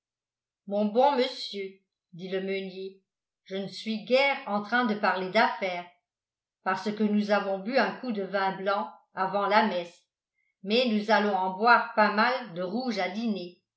mon bon monsieur dit le meunier je ne suis guère en train de parler d'affaires parce que nous avons bu un coup de vin blanc avant la messe mais nous allons en boire pas mal de rouge à dîner